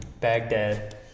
Baghdad